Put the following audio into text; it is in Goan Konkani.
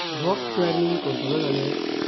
रॉक क्लायंमिंग करतलो जाल्यार